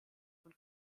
von